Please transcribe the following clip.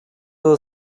del